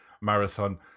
Marathon